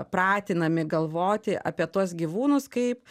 pratinami galvoti apie tuos gyvūnus kaip